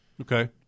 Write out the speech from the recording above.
Okay